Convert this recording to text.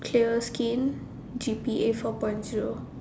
clear skin G_P_A four point zero